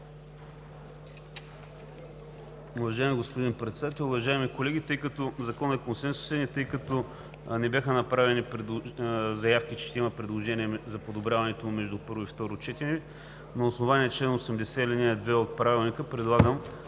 Уважаеми господин Председател, уважаеми колеги! Тъй като Законът е консенсусен и не бяха направени заявки, че ще има предложение за подобряването му между първо и второ четене, на основание чл. 80, ал. 2 от Правилника предлагам